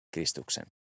Kristuksen